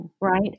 right